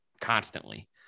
constantly